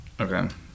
Okay